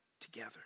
together